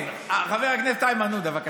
חבר הכנסת איימן עודה, בבקשה.